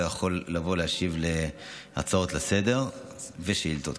לא יכול לבוא להשיב להצעות לסדר ושאילתות.